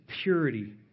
purity